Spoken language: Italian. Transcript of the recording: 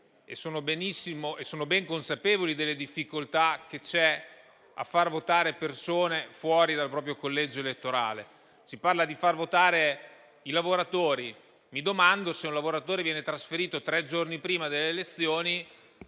sono ben consapevoli delle difficoltà nel far votare persone fuori dal proprio collegio elettorale. Si parla di far votare i lavoratori. Mi domando: ma se un lavoratore viene trasferito tre giorni prima delle elezioni,